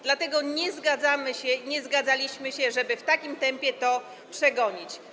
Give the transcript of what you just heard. Dlatego nie zgadzaliśmy się i nie zgadzamy się, żeby w takim tempie to tu przegonić.